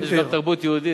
יש גם תרבות יהודית,